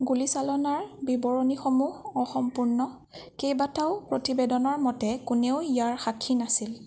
গুলীচালনাৰ বিৱৰণীসমূহ অসম্পূৰ্ণ কেইবাটাও প্ৰতিবেদনৰ মতে কোনেও ইয়াৰ সাক্ষী নাছিল